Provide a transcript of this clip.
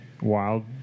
Wild